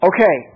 Okay